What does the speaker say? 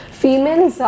females